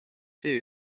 too